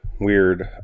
weird